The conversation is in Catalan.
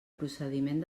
procediment